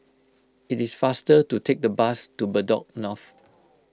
it is faster to take the bus to Bedok North